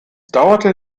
dauerte